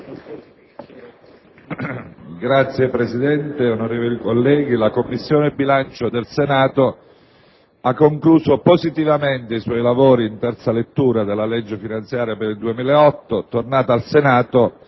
Signor Presidente, onorevoli colleghi, la Commissione bilancio del Senato ha concluso positivamente i suoi lavori in terza lettura della legge finanziaria per il 2008, tornata al Senato